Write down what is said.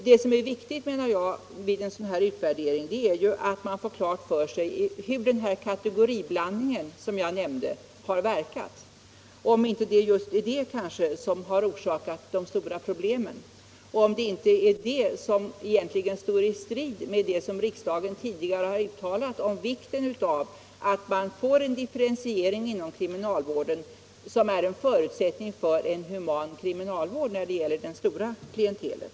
Det som är viktigt, menar jag, vid en sådan utvärdering är att man får klart för sig hur den kategoriblandning som jag nämnde har verkat, får klart för sig om det inte just är den som har orsakat de stora problemen och om det inte är den som egentligen står i strid med vad riksdagen tidigare uttalat om vikten av en differentiering inom kriminalvården, som är en förutsättning för en human kriminalvård när det gäller det stora klientelet.